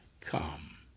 come